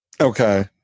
Okay